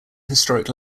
historic